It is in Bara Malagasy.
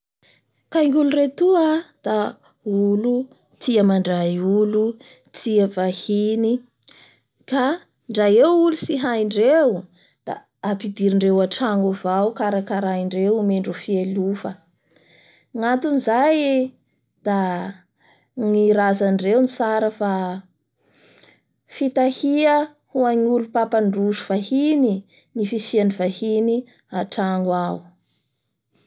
Gna arzentine ao koa zay e ny fanatajahatena tena fataon'olo agny da itoy pato toy kanefany misy koa ny dihy sy ny lamozika tena malaza amindreo agny da itoy tango itoy.